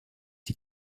die